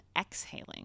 exhaling